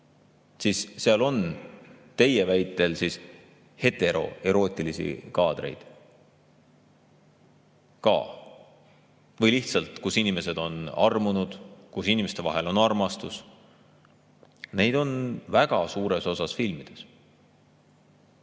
siis seal on, nagu te ütlesite, heteroerootilisi kaadreid ka. Või lihtsalt inimesed on armunud, inimeste vahel on armastus. Seda on väga suures osas filmides.